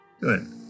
good